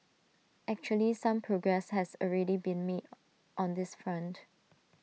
actually some progress has already been made on this front